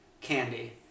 Candy